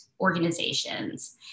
organizations